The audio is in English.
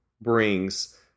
brings